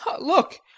Look